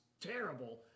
terrible